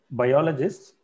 biologists